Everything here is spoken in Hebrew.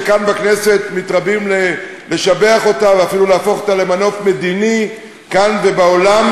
שכאן בכנסת מרבים לשבח אותה ואפילו להפוך אותה למנוף מדיני כאן ובעולם,